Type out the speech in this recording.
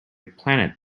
planet